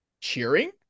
cheering